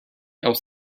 else